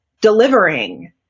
delivering